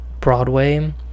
broadway